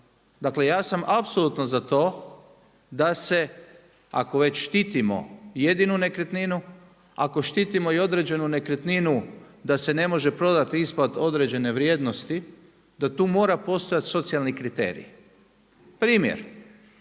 Dakle, ja sam apsolutno za to da se ako već štitimo jedinu nekretninu, ako štitimo i određenu nekretninu da se ne može prodati ispod određene vrijednosti da tu mora postojati socijalni kriterij. Primjer.